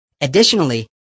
Additionally